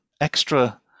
extra